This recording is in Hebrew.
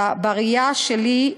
בראייה שלי,